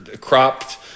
cropped